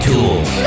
Tools